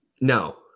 No